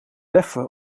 leffe